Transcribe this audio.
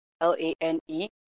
L-A-N-E